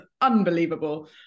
unbelievable